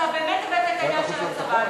אתה באמת הבאת את העניין של הצבא,